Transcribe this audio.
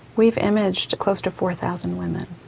we've imaged close to four thousand women.